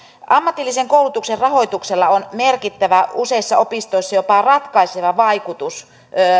ammatillisen koulutuksen rahoituksella on merkittävä useissa opistoissa jopa ratkaiseva vaikutus